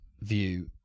view